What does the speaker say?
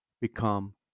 become